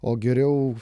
o geriau